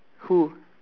who